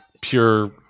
pure